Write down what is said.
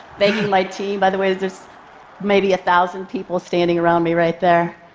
thanking my team. by the way, there's maybe a thousand people standing around me right there.